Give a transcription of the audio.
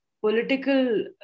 political